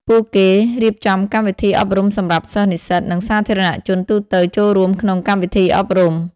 ពួកគេរៀបចំកម្មវិធីអប់រំសម្រាប់សិស្ស និស្សិត និងសាធារណជនទូទៅចូលរួមក្នុងកម្មវិធីអប់រំ។